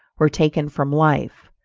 were taken from life.